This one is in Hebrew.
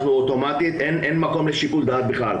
אין מקום לשיקול דעת בכלל.